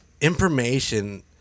information